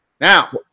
Now